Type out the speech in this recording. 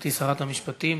גברתי שרת המשפטים.